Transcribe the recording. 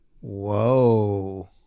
Whoa